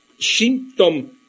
Symptom